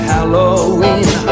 Halloween